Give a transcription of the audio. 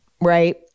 right